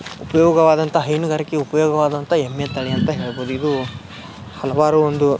ಉಪಯೋಗವಾದಂಥ ಹೈನುಗಾರಿಕೆ ಉಪಯೋಗವಾದಂಥ ಎಮ್ಮೆ ತಳಿ ಅಂತ ಹೇಳ್ಬೋದು ಇದು ಹಲವಾರು ಒಂದು